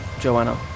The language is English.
Joanna